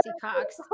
Cox